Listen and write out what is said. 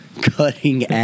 Cutting